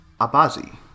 Abazi